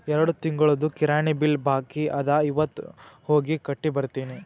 ಎರಡು ತಿಂಗುಳ್ದು ಕಿರಾಣಿ ಬಿಲ್ ಬಾಕಿ ಅದ ಇವತ್ ಹೋಗಿ ಕಟ್ಟಿ ಬರ್ತಿನಿ